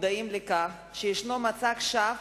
מודעים לכך שיש מצג שווא,